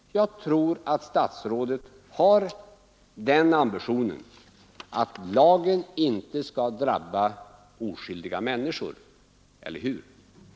Jag tror att statsrådet har den ambitionen att lagen inte skall drabba oskyldiga människor. Eller hur?